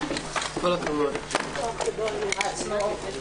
החוק אושרו.